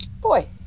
Boy